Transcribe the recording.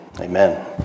amen